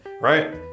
Right